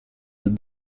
that